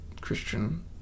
Christian